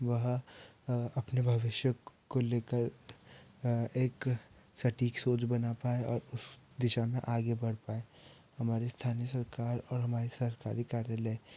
वह भविष्य को को लेकर एक सटीक सोच बना पाए और उस दिशा में आगे बढ़ पाएं हमारे स्थानीय सरकार और हमारी सरकारी कार्यालय